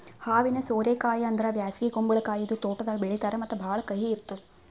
ಹಾವಿನ ಸೋರೆ ಕಾಯಿ ಅಂದುರ್ ಬ್ಯಾಸಗಿ ಕುಂಬಳಕಾಯಿ ಇದು ತೋಟದಾಗ್ ಬೆಳೀತಾರ್ ಮತ್ತ ಭಾಳ ಕಹಿ ಇರ್ತುದ್